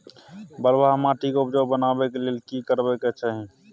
बालुहा माटी के उपजाउ बनाबै के लेल की करबा के चाही?